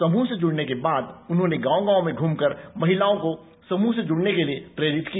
समूह से जुड़ने के बाद उन्होंने गांव गांव में घूम कर महिलाओ को समूह से जुड़ने के लिए प्रेरित किया